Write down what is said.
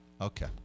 Okay